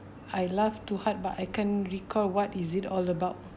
I laughed too hard but I can't recall what is it all about